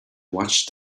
watched